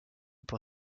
pour